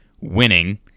winning